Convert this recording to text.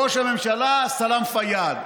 ראש הממשלה סלאם פיאד.